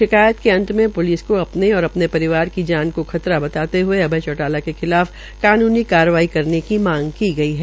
शिकायत के अंत में पूलिस को अपने और अपने परिवार की जान खतरा बताते हए अभय चोटाला के खिलाफ सख्त कार्रवाई करने की मांग की गई है